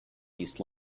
east